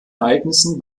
ereignissen